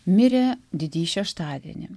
mirė didįjį šeštadienį